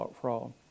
fraud